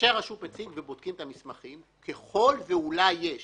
כאשר בודקים את המסמכים, ככל ואולי יש